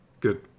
Good